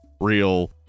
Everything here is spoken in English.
real